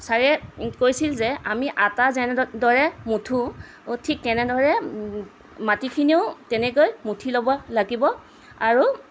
ছাৰে কৈছিল যে আমি আটা যেনেদৰে মঠোঁ ঠিক তেনেদৰে মাটিখিনিও তেনেকৈ মঠি ল'ব লাগিব আৰু